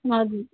हजुर